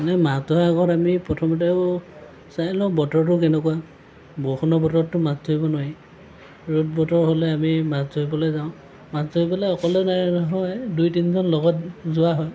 মানে মাছ ধৰাৰ আগত আমি প্ৰথমতেও চাই লওঁ বতৰটো কেনেকুৱা বৰষুণৰ বতৰততো মাছ ধৰিব নোৱাৰি ৰ'দ বতৰ হ'লে আমি মাছ ধৰিবলৈ যাওঁ মাছ ধৰিবলৈ অকলে নহয় দুই তিনিজন লগত যোৱা হয়